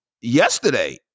yesterday